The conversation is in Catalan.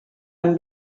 amb